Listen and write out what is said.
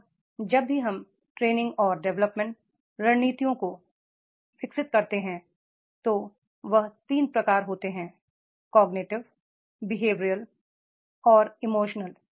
अब जब भी हम ट्रे निंग और डेवलपमेंट रणनीतियों को विकास करते हैं तो वह तीन के प्रकार होते हैं कॉग्निटिव बिहेवियरल और इमोशनल